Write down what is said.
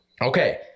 Okay